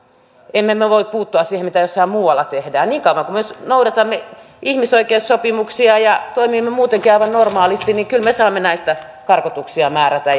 emme me voi puuttua siihen mitä jossain muualla tehdään niin kauan kuin me noudatamme ihmisoikeussopimuksia ja toimimme muutenkin aivan normaalisti kyllä me saamme näistä karkotuksia määrätä